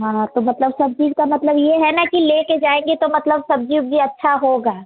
हाँ तो मतलब सब चीज का मतलब ये है ना कि लेके जाएँगे तो मतलब सब्जी ओब्जी अच्छा होगा